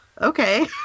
okay